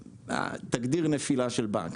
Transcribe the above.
תגדיר "נפילה של בנק",